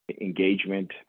engagement